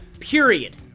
period